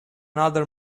another